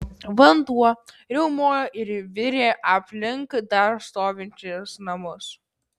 vanduo riaumojo ir virė aplink dar stovinčius namus